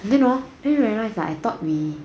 then hor then you know it's right I thought we